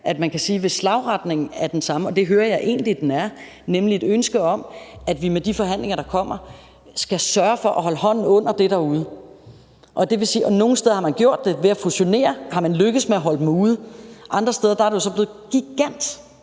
at man kan sige, at slagretningen er den samme – og det hører jeg egentlig den er – nemlig et ønske om, at vi med de forhandlinger, der kommer, skal sørge for at holde hånden under det derude. Nogle steder har man gjort det ved at fusionere, altså man er lykkedes med at holde dem derude, andre steder er det så blevet